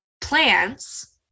plants